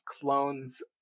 clones